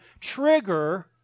trigger